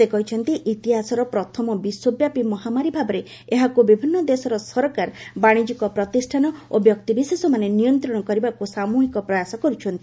ସେ କହିଛନ୍ତି ଇତିହାସର ପ୍ରଥମ ବିଶ୍ୱବ୍ୟାପୀ ମହାମାରୀ ଭାବରେ ଏହାକ୍ର ବିଭିନ୍ନ ଦେଶର ସରକାର ବାଣିକ୍ୟିକ ପ୍ରତିଷ୍ଠାନ ଓ ବ୍ୟକ୍ତିବିଶେଷମାନେ ନିୟନ୍ତ୍ରଣ କରିବାକୁ ସାମ୍ଭିହିକ ପ୍ରୟାସ କରୁଛନ୍ତି